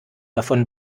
davon